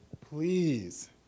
please